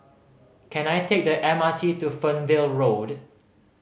can I take the M R T to Fernvale Road